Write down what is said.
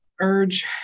urge